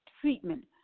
treatment